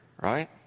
right